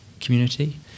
community